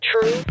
true